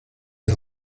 die